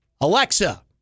Alexa